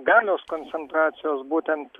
galios koncentracijos būtent